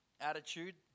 attitude